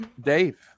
dave